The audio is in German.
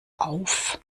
auf